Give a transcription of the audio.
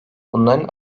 bunların